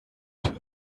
tür